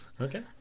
Okay